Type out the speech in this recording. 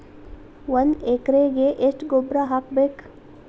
ಒಂದ್ ಎಕರೆಗೆ ಎಷ್ಟ ಗೊಬ್ಬರ ಹಾಕ್ಬೇಕ್?